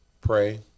Pray